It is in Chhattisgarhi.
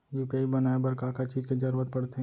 यू.पी.आई बनाए बर का का चीज के जरवत पड़थे?